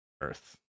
Earth